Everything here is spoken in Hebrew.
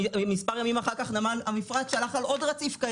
ומספר ימים אחר כך המפרץ שלח על עוד רציף קיים.